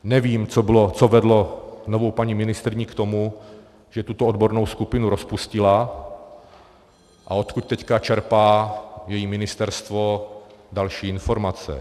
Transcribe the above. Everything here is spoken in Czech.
Nevím, co vedlo novou paní ministryni k tomu, že tuto odbornou skupinu rozpustila, a odkud teď čerpá její ministerstvo další informace.